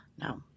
No